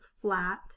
flat